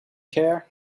care